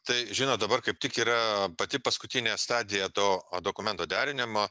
tai žinot dabar kaip tik yra pati paskutinė stadija to dokumento derinimo